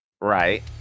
Right